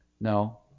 No